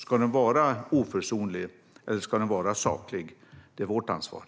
Ska den vara oförsonlig eller saklig? Det är vårt ansvar.